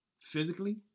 physically